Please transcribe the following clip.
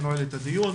אני נועל את הדיון.